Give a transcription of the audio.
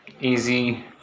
easy